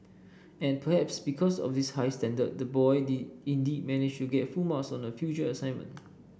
and perhaps because of this high standard the boy did indeed manage get full marks on a future assignment